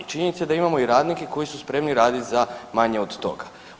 Činjenica je da imamo i radnike koji su spremni raditi za manje od toga.